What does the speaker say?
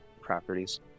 properties